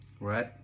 right